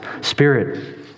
Spirit